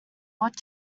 what